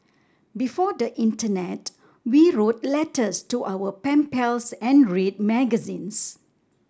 before the internet we wrote letters to our pen pals and read magazines